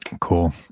cool